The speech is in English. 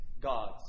God's